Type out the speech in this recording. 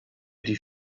die